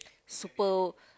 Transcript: super